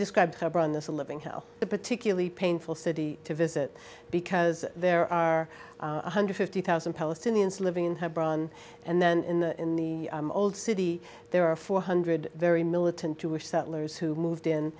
described how brown this a living hell the particularly painful city to visit because there are one hundred fifty thousand palestinians living in hebron and then in the in the old city there are four hundred very militant jewish settlers who moved in